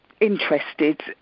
interested